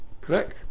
correct